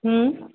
হুম